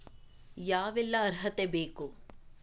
ಯಾವೆಲ್ಲ ಅರ್ಹತೆ ಬೇಕು?